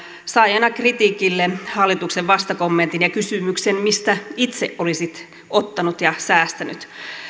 sai aina kritiikille hallituksen vastakommentin ja kysymyksen mistä itse olisit ottanut ja säästänyt